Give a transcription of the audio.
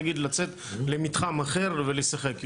נגיד לצאת למתחם אחר ולשחק?